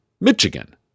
Michigan